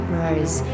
rose